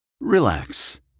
Relax